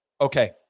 okay